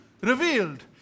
revealed